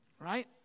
right